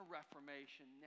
reformation